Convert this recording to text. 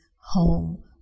home